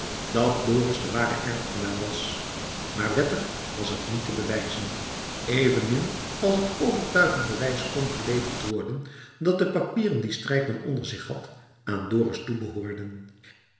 dat dorus de ware erfgenaam was maar wettig was het niet te bewijzen evenmin als het overtuigend bewijs kon geleverd worden dat de papieren die strijkman onder zich had aan dorus toebehoorden